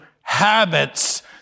habits